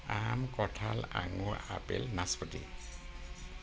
আম কঁঠাল আঙুৰ আপেল নাচপতি